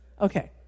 Okay